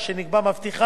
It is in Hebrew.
שבכל מקרה